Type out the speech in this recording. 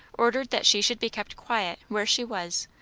ordered that she should be kept quiet where she was,